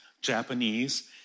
Japanese